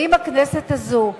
ואם הכנסת הזאת,